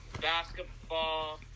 basketball